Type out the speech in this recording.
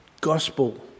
gospel